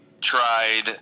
tried